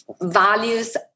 values